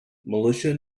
militia